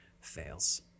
fails